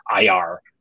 IR